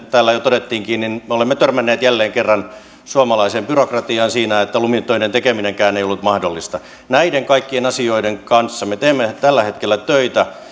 täällä jo todettiinkin me olemme törmänneet jälleen kerran suomalaiseen byrokratiaan siinä että lumitöiden tekeminenkään ei ollut mahdollista näiden kaikkien asioiden kanssa me teemme tällä hetkellä töitä